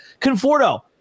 Conforto